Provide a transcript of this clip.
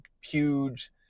huge